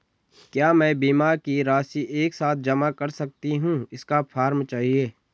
क्या मैं बीमा की राशि एक साथ जमा कर सकती हूँ इसका फॉर्म चाहिए?